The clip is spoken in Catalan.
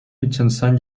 mitjançant